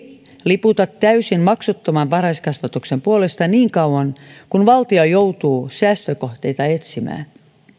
perussuomalaiset eivät liputa täysin maksuttoman varhaiskasvatuksen puolesta niin kauan kuin valtio joutuu säästökohteita etsimään